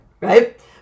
right